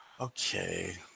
Okay